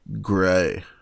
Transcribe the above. gray